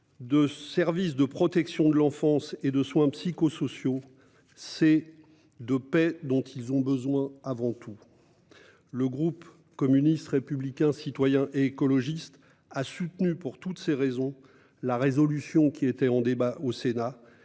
de services de protection de l'enfance et de soins psychosociaux, c'est de paix dont ils ont besoin par-dessus tout. » Le groupe communiste républicain citoyen et écologiste a soutenu, pour toutes ces raisons, la proposition de résolution déposée au Sénat,